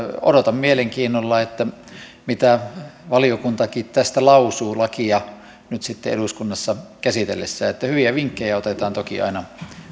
odotan mielenkiinnolla mitä valiokuntakin tästä lausuu lakia nyt sitten eduskunnassa käsitellessään hyviä vinkkejä otetaan toki aina